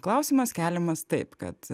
klausimas keliamas taip kad